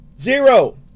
Zero